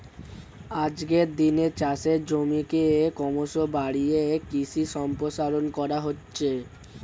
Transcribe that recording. আজকের দিনে চাষের জমিকে ক্রমশ বাড়িয়ে কৃষি সম্প্রসারণ করা হচ্ছে